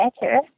better